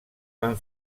van